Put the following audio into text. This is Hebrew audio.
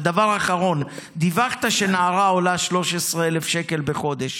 ודבר אחרון: דיווחת שנערה עולה 13,000 שקל בחודש.